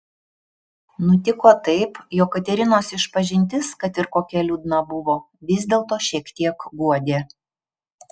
nutiko taip jog katerinos išpažintis kad ir kokia liūdna buvo vis dėlto šiek tiek guodė